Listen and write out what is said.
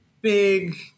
big